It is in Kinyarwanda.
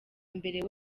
mbere